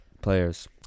players